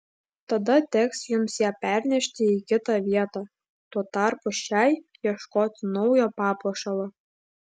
tada teks jums ją pernešti į kitą vietą tuo tarpu šiai ieškoti naujo papuošalo